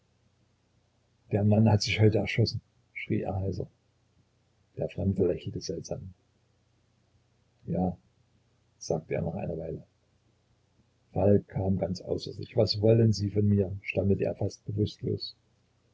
der mann hat sich heute erschossen schrie er heiser der fremde lächelte seltsam ja sagte er nach einer weile falk kam ganz außer sich was wollen sie von mir stammelte er fast bewußtlos